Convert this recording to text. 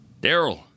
Daryl